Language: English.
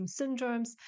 syndromes